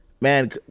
Man